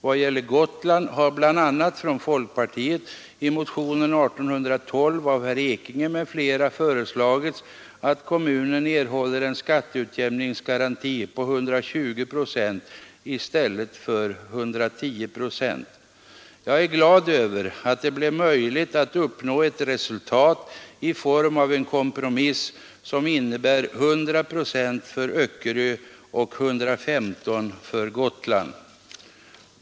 Vad gäller Gotland har bl.a. från folkpartiet i motionen 1812 av herr Ekinge m.fl. föreslagits att kommunen skall erhålla en skatteutjämningsgaranti på 120 procent i stället för 110 procent. Jag är glad över att det blev möjligt att uppnå ett resultat i form av en kompromiss som innebär 100 procent för Öckerö och 115 procent för Gotland.